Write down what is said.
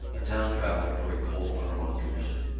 a town traveller for a coal firm on commission,